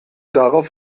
darauf